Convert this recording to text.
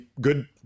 Good